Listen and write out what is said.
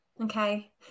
okay